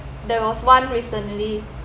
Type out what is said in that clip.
there was one recently